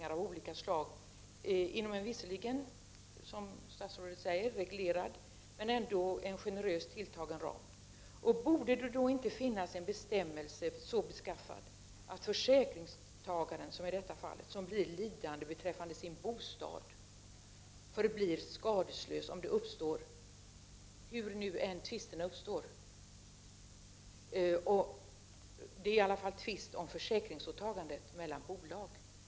1989/90:34 ringar av olika slag — inom en generöst tilltagen ram, låt vara att det är regle — 28 november 1989 rat, som statsrådet säger. Borde det då inte finnas en bestämmelse så beskf-: SN fad att försäkringstagaren, som i detta fall blir lidande beträffande sin bostad, hålls skadeslös om det uppstår tvist — hur tvisten nu än uppstår — mellan bolagen om försäkringsåtagandena?